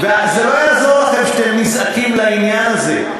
וזה לא יעזור לכם שאתם נזעקים לעניין הזה,